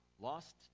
lost